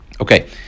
Okay